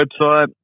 website